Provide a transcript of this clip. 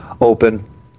open